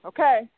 Okay